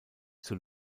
zur